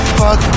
fuck